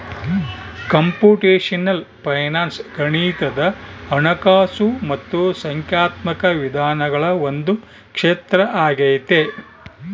computational finance ಗಣಿತದ ಹಣಕಾಸು ಮತ್ತು ಸಂಖ್ಯಾತ್ಮಕ ವಿಧಾನಗಳ ಒಂದು ಕ್ಷೇತ್ರ ಆಗೈತೆ